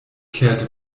kehrte